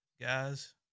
Guys